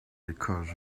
because